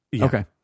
Okay